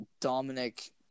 Dominic